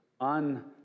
on